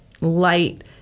light